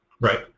Right